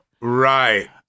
Right